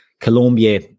Colombia